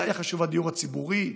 לי היה חשוב הדיור הציבורי,